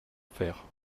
faire